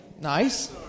Nice